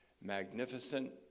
magnificent